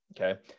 Okay